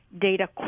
data